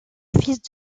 fils